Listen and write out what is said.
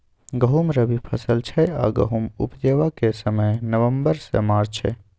गहुँम रबी फसल छै आ गहुम उपजेबाक समय नबंबर सँ मार्च छै